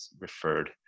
referred